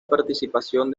participación